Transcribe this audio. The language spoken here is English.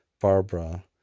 Barbara